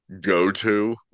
go-to